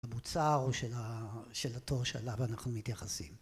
המוצר או של התור שאליו אנחנו מתיחסים.